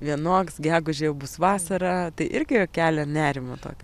vienoks gegužę jau bus vasara tai irgi kelia nerimą tokį